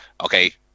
okay